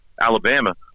Alabama